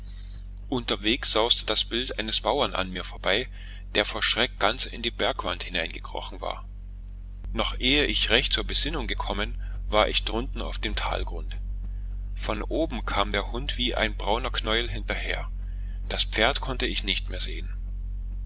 unterwegs sauste das bild eines bauern an mir vorbei der vor schreck ganz in die bergwand hineingekrochen war noch ehe ich recht zur besinnung gekommen war ich drunten auf dem talgrund von oben kam der hund wie ein brauner knäuel hinterher das pferd konnte ich nicht mehr sehen